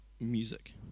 music